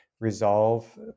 resolve